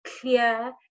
clear